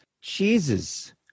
Cheeses